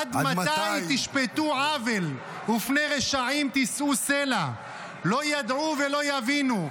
עד מתי תשפטו עָוֶל ופני רשעים תִשאו סלה --- לא ידעו ולא יבינו,